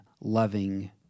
loving